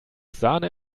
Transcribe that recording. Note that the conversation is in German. sahne